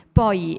poi